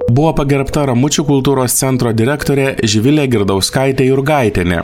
buvo pagerbta ramučių kultūros centro direktorė živilė girdauskaitė jurgaitienė